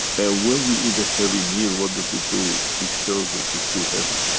and when we eat a heavy meal, what does it do, it kills us it's too heavy.